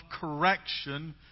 correction